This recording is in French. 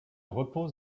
repose